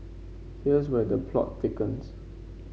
here's where the plot thickens